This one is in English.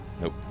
Nope